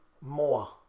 more